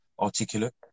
articulate